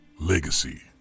legacy